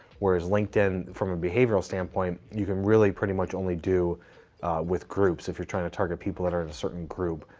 whereas linkedin from a behavioral standpoint, you can really pretty much only do with groups, if you're trying to target people that are a certain group,